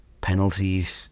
penalties